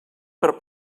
per